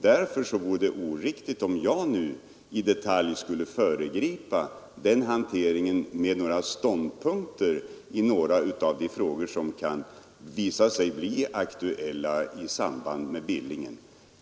Därför vore det oriktigt om jag nu i detalj skulle föregripa den hanteringen genom att ange ståndpunkter i några av de frågor som kan visa sig bli aktuella när det gäller Billingen.